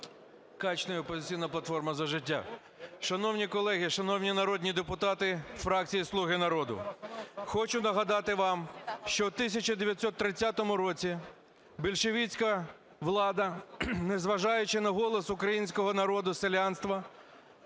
Качний, "Опозиційна платформа - За життя". Шановні колеги, шановні народні депутати фракції "Слуга народу"! Хочу нагадати вам, що в 1930 році більшовицька влада, незважаючи на голос українського народу, селянства,